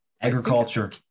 Agriculture